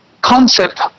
concept